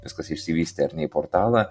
viskas išsivystė ar ne į portalą